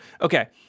Okay